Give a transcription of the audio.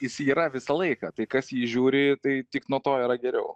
jis yra visą laiką tai kas į jį žiūri tai tik nuo to yra geriau